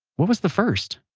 what was the first?